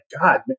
God